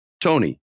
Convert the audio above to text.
tony